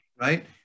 right